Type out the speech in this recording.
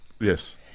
Yes